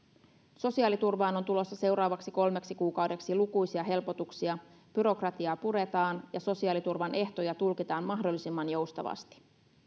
sosiaaliturvaan on tulossa seuraavaksi kolmeksi kuukaudeksi lukuisia helpotuksia byrokratiaa puretaan ja sosiaaliturvan ehtoja tulkitaan mahdollisimman joustavasti